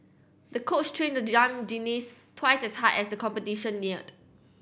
the coach trained the young twice as hard as the competition neared